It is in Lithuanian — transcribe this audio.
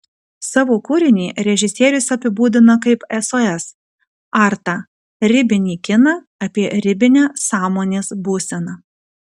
savo kūrinį režisierius apibūdina kaip sos artą ribinį kiną apie ribinę sąmonės būseną